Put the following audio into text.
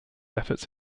efforts